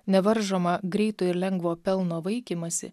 nevaržomą greito ir lengvo pelno vaikymąsi